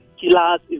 killers